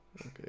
okay